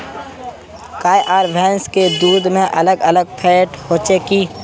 गाय आर भैंस के दूध में अलग अलग फेट होचे की?